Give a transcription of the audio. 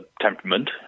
temperament